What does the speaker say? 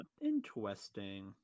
interesting